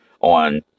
on